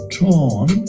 torn